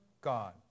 God